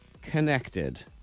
connected